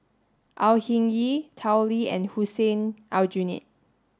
Au Hing Yee Tao Li and Hussein Aljunied